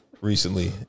recently